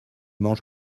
mangent